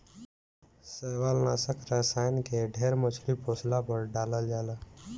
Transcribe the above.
शैवालनाशक रसायन के ढेर मछली पोसला पर डालल जाला